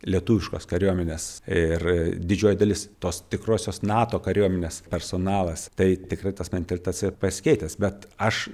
lietuviškos kariuomenės ir didžioji dalis tos tikrosios nato kariuomenės personalas tai tikrai tas mentalitetas yra pasikeitęs bet aš